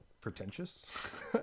pretentious